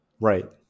Right